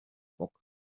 book